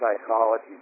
psychology